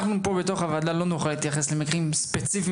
אנחנו פה בתוך בוועדה לא נוכל להתייחס למקרים ספציפיים.